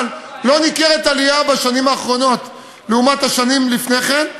אבל לא ניכרת עלייה בשנים האחרונות לעומת השנים לפני כן.